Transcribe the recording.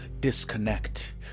disconnect